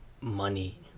money